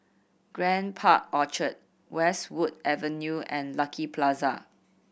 Grand Park Orchard Westwood Avenue and Lucky Plaza